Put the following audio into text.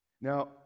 Now